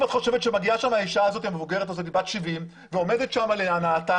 אם את חושבת שמגיעה לשם האישה בת ה-70 ועומדת שם להנאתה,